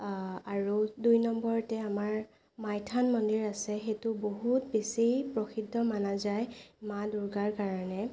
আৰু দুই নম্বৰতে আমাৰ মাই থান মন্দিৰ আছে সেইটো বহুত বেছি প্ৰসিদ্ধ মনা যায় মা দুৰ্গাৰ কাৰণে